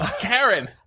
Karen